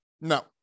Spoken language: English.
No